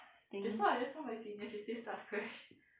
I think